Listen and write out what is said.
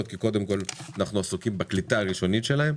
כי קודם כל אנחנו עסוקים בקליטה הראשונית שלהם.